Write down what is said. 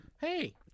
hey